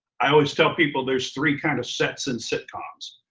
i always tell people there's three kind of sets in sitcoms.